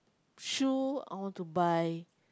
shoe I want to buy